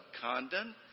Condon